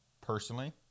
personally